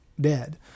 dead